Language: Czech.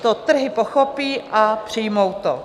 To trhy pochopí a přijmou to.